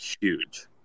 huge